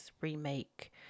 remake